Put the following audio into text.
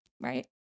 right